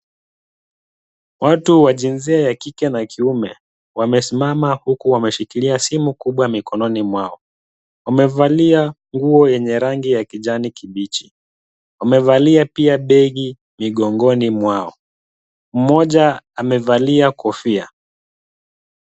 Watu wa jinsia ya kike na kiume, wamesimama huku wameshikilia simu kubwa mikononi mwao. Wamevalia nguo yenye rangi ya kijani kibichi. Wamevalia pia begi migongoni mwao. Mmoja amevalia kofia.